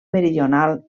meridional